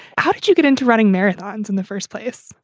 how did you get into running marathons in the first place?